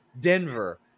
Denver